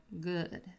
good